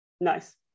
Nice